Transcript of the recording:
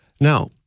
Now